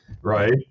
Right